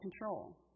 control